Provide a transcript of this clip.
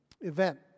event